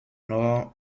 nord